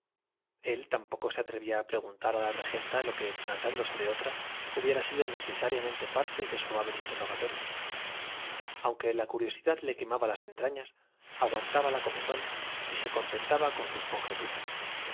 él tampoco se atrevía a preguntar a la regenta lo que tratándose de otra hubiera sido necesariamente parte de su hábil interrogatorio aunque la curiosidad le quemaba las entrañas aguantaba la comezón y se contentaba con sus conjeturas